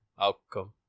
outcome